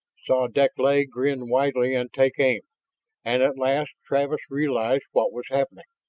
saw deklay grin widely and take aim and at last travis realized what was happening.